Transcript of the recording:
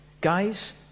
Guys